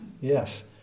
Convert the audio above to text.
yes